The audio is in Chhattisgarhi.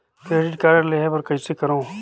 क्रेडिट कारड लेहे बर कइसे करव?